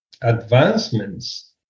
advancements